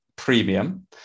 premium